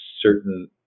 certain